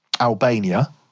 Albania